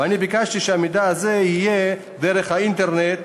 ואני ביקשתי שהמידע הזה יתקבל דרך האינטרנט.